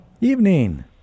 Evening